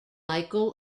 michael